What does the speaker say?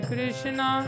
Krishna